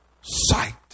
sight